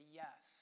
yes